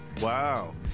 Wow